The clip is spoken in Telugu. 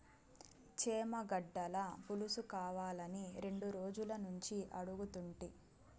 చేమగడ్డల పులుసుకావాలని రెండు రోజులనుంచి అడుగుతుంటి